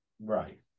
Right